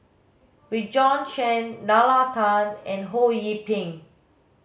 Bjorn Shen Nalla Tan and Ho Yee Ping